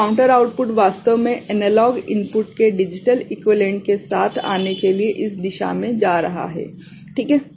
तो counter output वास्तव में एनालॉग इनपुट के डिजिटल इक्वीवेलेंट के साथ आने के लिए इस दिशा में जा रहा है ठीक है